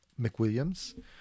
McWilliams